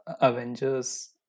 Avengers